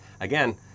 Again